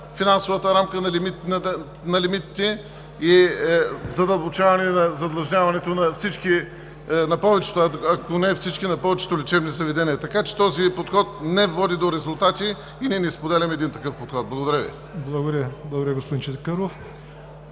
финансовата рамка на лимитите и задълбочаване на задлъжняването, ако не на всички, на повечето лечебни заведения. Този подход не води до резултати и ние не споделяме един такъв подход. Благодаря Ви.